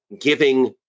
giving